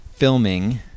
filming